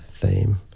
theme